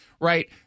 right